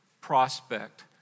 prospect